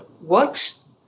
works